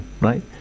right